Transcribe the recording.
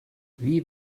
wie